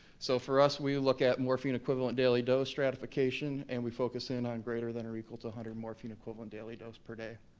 so for us, we look at morphine equivalent daily dose stratification, and we focus in on greater than or equal to one hundred morphine-equivalent daily dose per day.